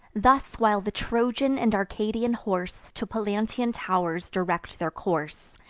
thus while the trojan and arcadian horse to pallantean tow'rs direct their course,